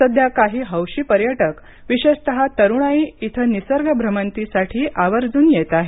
सध्या काही हौशी पर्यटक विशेषत तरुणाई इथं निसर्ग भ्रमंतीसाठी आवर्जुन येत आहे